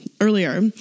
earlier